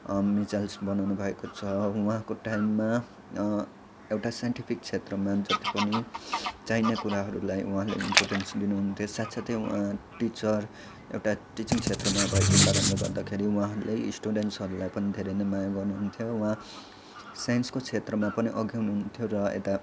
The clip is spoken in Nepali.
मिसाइल्स बनाउनुभएको छ उहाँको टाइममा एउटा साइन्टिफिक क्षेत्रमा जति पनि चाहिने कुराहरूलाई इन्पोर्टेन्स लिनुहुन्थ्यो साथ साथै उहाँ टिचर एउटा टिचिङ क्षेत्रमा भएको कारणले गर्दाखेरि उहाँले स्टुडेन्ट्सहरूलाई पनि धेरै नै माया गरनु हुन्थ्यो उहाँ साइन्सको क्षेत्रमा पनि अघि हुनुहुन्थ्यो र यता